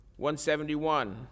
171